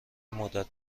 مدت